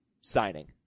signing